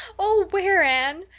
oh, where, anne?